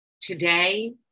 Today